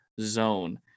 zone